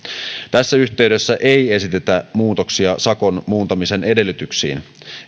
tässä yhteydessä ei esitetä muutoksia sakon muuntamisen edellytyksiin